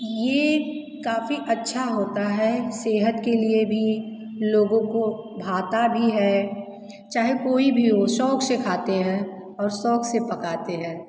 ये काफ़ी अच्छा होता है सेहत के लिए भी लोगों को भाता भी है चाहे कोई भी हो शौक़ से खाते हैं और शौक़ से पकाते हैं